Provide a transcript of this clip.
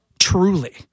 Truly